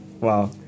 Wow